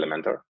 Elementor